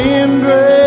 embrace